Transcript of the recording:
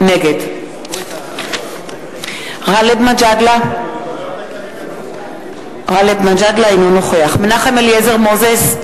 נגד גאלב מג'אדלה, אינו נוכח מנחם אליעזר מוזס,